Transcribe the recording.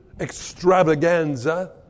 extravaganza